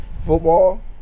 football